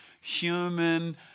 human